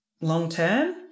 long-term